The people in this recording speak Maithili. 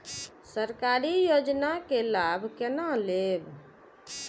सरकारी योजना के लाभ केना लेब?